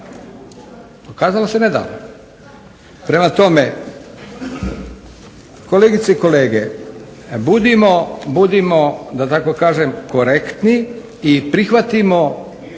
Pokazalo se nedavno. Prema tome, kolegice i kolege budimo da tako kažem korektni i prihvatimo